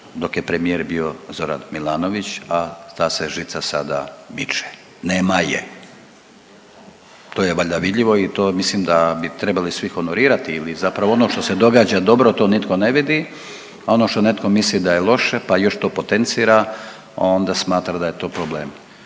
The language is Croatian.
dok je premijer bio Zoran Milanović, a ta se žica sada miče, nema je, to je valjda vidljivo i to mislim da bi trebali svi honorirati ili zapravo ono što se događa dobro to nitko ne vidi, a ono što netko misli da je loše, pa još to potencira onda smatra da je to problem.